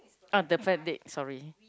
uh perfect date sorry